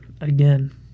again